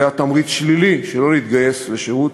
למעשה, זה היה תמריץ שלילי שלא להתגייס לשירות